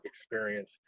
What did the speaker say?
experience